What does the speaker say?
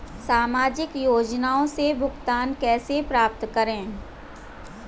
सामाजिक योजनाओं से भुगतान कैसे प्राप्त करें?